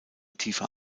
tiefer